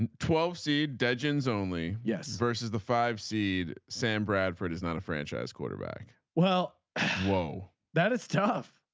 and twelfth seed dungeons only. yes. versus the five seed. sam bradford is not a franchise quarterback. well whoa that is tough.